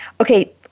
Okay